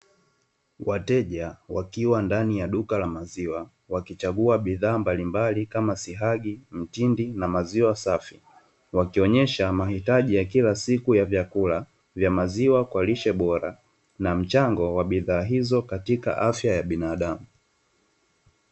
Wateja wakiwa ndani ya duka la maziwa wakichagua bidhaa mbalimbali, kama siagi, mtindi na maziwa safi. Wakionyesha mahitaji ya kila siku ya vyakula kwa lishe bora na mchango wa bidhaa hizo katika afya ya binadamu.